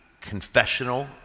confessional